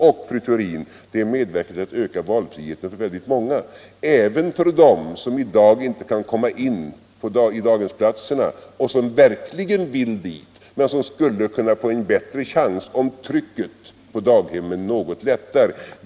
Och, fru Theorin, det medverkar till att öka valfriheten för väldigt många, även för dem som i dag inte kan få plats för sina barn på daghem och som verkligen vill ha det. De skulle kunna få en bättre chans om trycket på daghem något lättade.